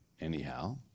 anyhow